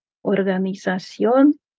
organización